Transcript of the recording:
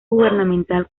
gubernamental